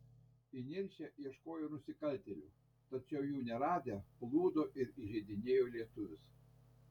įniršę ieškojo nusikaltėlių tačiau jų neradę plūdo ir įžeidinėjo lietuvius